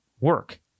work